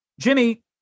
jimmy